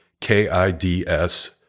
K-I-D-S